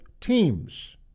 teams